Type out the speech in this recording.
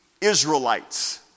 Israelites